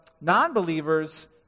non-believers